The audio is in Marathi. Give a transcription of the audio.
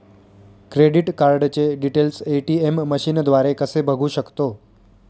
क्रेडिट कार्डचे डिटेल्स ए.टी.एम मशीनद्वारे कसे बघू शकतो?